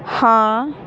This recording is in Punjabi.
ਹਾਂ